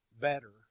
better